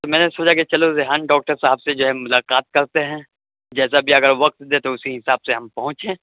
تو میں نے سوچا کہ چلو ریحان ڈاکٹر صاحب سے جو ہے ملاقات کرتے ہیں جیسا بھی اگر وقت دیں تو اسی حساب سے ہم پہنچیں